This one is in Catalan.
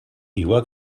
igual